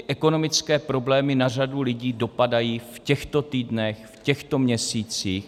Ekonomické problémy na řadu lidí dopadají v těchto týdnech, v těchto měsících.